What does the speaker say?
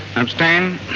abstain